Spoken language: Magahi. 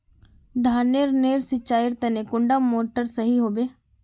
धानेर नेर सिंचाईर तने कुंडा मोटर सही होबे?